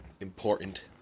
important